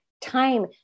time